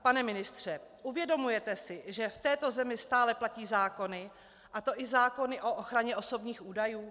Pane ministře, uvědomujete si, že v této zemi stále platí zákony, a to i zákony o ochraně osobních údajů?